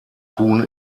huhn